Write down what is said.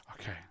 Okay